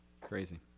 Crazy